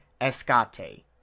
Escate